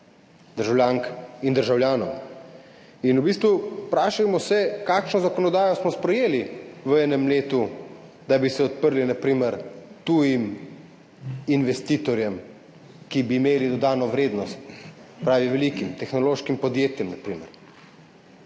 državljank in državljanov. Vprašajmo se, kakšno zakonodajo smo sprejeli v enem letu, da bi se odprli na primer tujim investitorjem, ki bi imeli dodano vrednost, pravim velikim tehnološkim podjetjem, na primer.